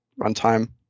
runtime